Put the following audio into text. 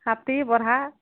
Hathi Barha